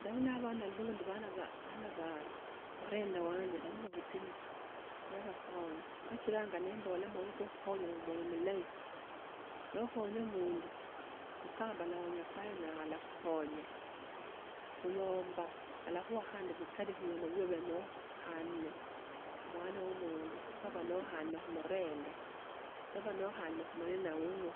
Ndali na abana lundi abana ba bana ba murenda wanje, bali khubutinyi nabakhonya kachilanga nembolaa omwoyo kwo khukhonya no omwoyo mulahi. Lwo okhonyo kwo khukhonya no omwoyo mulahi lwo okhonya omundu mukamba nayo nyasaye naya alakhukhonya khuyomba alakhuha khandi bikhuyomba bio ubaa noli nohane omwana wo omundu nwaba nohanne khumurenda ,lwaha nohana khumuranda na wuho